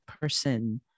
person